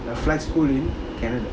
the flight school in canada